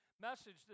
message